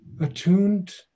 attuned